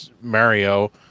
Mario